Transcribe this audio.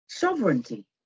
Sovereignty